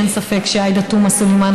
ואין ספק שעאידה תומא סלימאן,